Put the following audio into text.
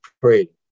pray